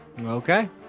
Okay